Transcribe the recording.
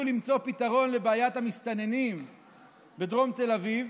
למצוא פתרון לבעיית המסתננים בדרום תל אביב